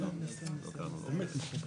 ההתפתחות של התוכניות העירוניות להתחדשות